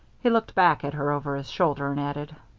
he looked back at her over his shoulder, and added,